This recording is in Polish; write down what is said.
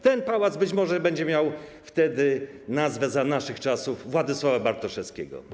Ten pałac być może będzie miał wtedy, za naszych czasów, nazwę Władysława Bartoszewskiego.